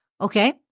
Okay